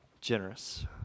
generous